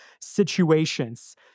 situations